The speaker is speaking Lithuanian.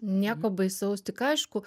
nieko baisaus tik aišku